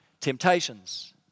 temptations